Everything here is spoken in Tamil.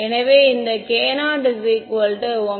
எனவே இந்த k0𝛚 00